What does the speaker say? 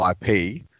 IP